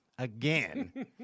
again